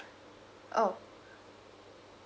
oh